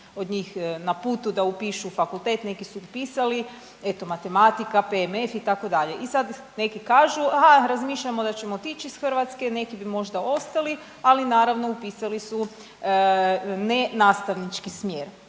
od njih na putu da upišu fakultet, neki su upisali eto matematika, PMF itd. i sad neki kažu aha razmišljamo da ćemo otići iz Hrvatske, neki bi možda ostali, ali naravno upisali su ne nastavnički smjer,